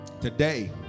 Today